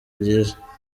ryiza